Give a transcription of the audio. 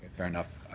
fair enough.